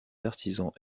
artisans